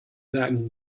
that